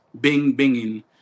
bing-binging